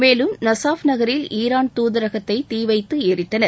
மேலும் நஸாஃப் நகரில் ஈரான் துதரகத்தை தீவைத்து எரித்தனர்